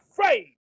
afraid